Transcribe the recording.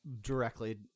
directly